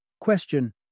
question